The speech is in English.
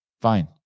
Fine